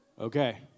Okay